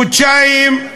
חודשיים,